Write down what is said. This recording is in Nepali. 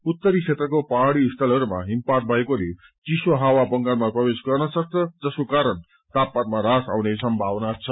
उत्तरी क्षेत्रको पहाड़ी स्थलहरूमा हिमपात भएकोले चिसो हावा बंगालमा प्रवेश गर्न सक्छ जसको कारण तापामानमा हवास आउने सम्भावना छ